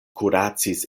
kuracis